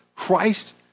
Christ